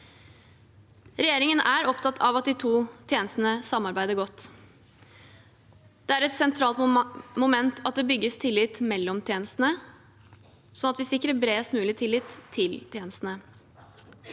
Regjeringen er opptatt av at de to tjenestene samarbeider godt. Det er et sentralt moment at det bygges tillit mellom tjenestene slik at vi sikrer bredest mulig tillit til tjenestene.